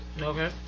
Okay